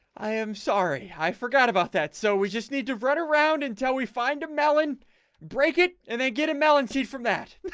i am sorry i forgot about that so we just need to run around until we find a melon break it and then get a melon seed from that.